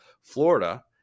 Florida